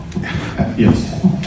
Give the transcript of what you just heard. Yes